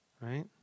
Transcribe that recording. right